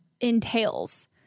entails